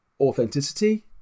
authenticity